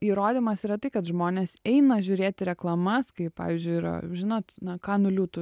įrodymas yra tai kad žmonės eina žiūrėti reklamas kai pavyzdžiui yra žinot na kanų liūtų